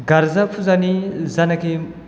गार्जा फुजानि जानाखि